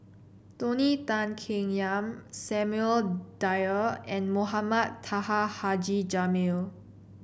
Tony Tan Keng Yam Samuel Dyer and Mohamed Taha Haji Jamil